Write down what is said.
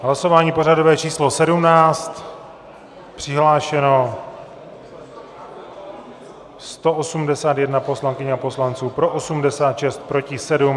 Hlasování pořadové číslo 17, přihlášeno 181 poslankyň a poslanců, pro 86, proti 7.